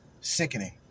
Sickening